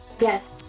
Yes